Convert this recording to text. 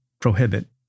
prohibit